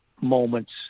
moments